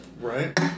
Right